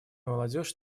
молодежь